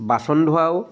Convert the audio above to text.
বাচন ধোৱাও